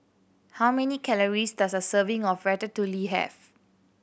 how many calories does a serving of Ratatouille have